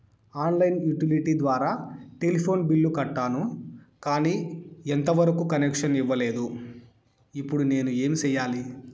On line utility ద్వారా telephone bill కట్టాను, కానీ ఎంత వరకు కనెక్షన్ ఇవ్వలేదు, ఇప్పుడు నేను ఏమి సెయ్యాలి?